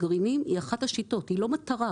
גרעינים הם אחת השיטות הם לא מטרה.